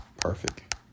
Perfect